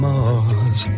Mars